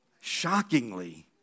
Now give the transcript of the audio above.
shockingly